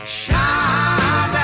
shine